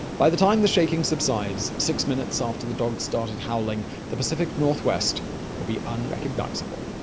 by the time the shaking subsides, six minutes after the dogs started howling, the pacific northwest will be unrecognizable.